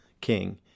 King